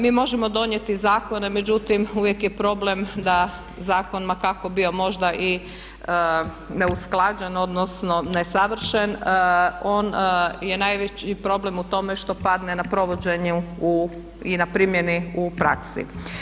Mi možemo donijeti zakone međutim uvijek je problem da zakon ma kako bio možda i neusklađen odnosno nesavršen on je najveći problem u tome što padne na provođenju i na primjeni u praksi.